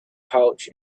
pouch